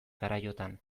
garaiotan